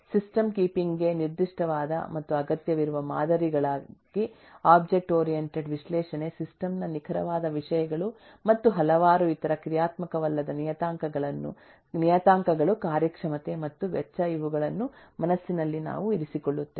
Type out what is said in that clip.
system keeping ಗೆ ನಿರ್ದಿಷ್ಟವಾದ ಮತ್ತು ಅಗತ್ಯವಿರುವ ಮಾದರಿಗಳಾಗಿ ಒಬ್ಜೆಕ್ಟ್ ಓರಿಯಂಟೆಡ್ ವಿಶ್ಲೇಷಣೆ ಸಿಸ್ಟಮ್ ನ ನಿಖರವಾದ ವಿಷಯಗಳು ಮತ್ತು ಹಲವಾರು ಇತರ ಕ್ರಿಯಾತ್ಮಕವಲ್ಲದ ನಿಯತಾಂಕಗಳು ಕಾರ್ಯಕ್ಷಮತೆ ಮತ್ತು ವೆಚ್ಚ ಇವುಗಳನ್ನು ಮನಸ್ಸಿನಲ್ಲಿ ನಾವು ಇರಿಸಿಕೊಳ್ಳುತ್ತೇವೆ